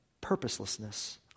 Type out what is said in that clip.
purposelessness